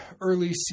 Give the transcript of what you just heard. early